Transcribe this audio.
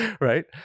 Right